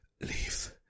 leave